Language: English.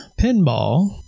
Pinball